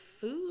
Food